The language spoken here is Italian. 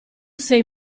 sei